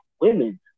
women